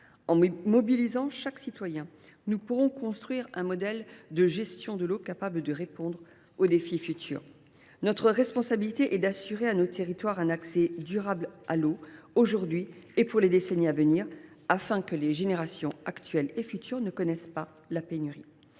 En mobilisant chaque citoyen, nous pourrons construire un modèle de gestion de l’eau capable de répondre aux défis futurs. Notre responsabilité est d’assurer à nos territoires un accès durable à l’eau, aujourd’hui et pour les décennies à venir, afin que les générations actuelles et futures ne connaissent pas la pénurie.